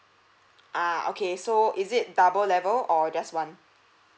ah okay so is it double level or just one